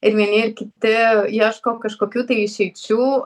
ir vieni ir kiti ieško kažkokių tai išeičių